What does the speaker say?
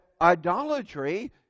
idolatry